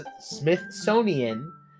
Smithsonian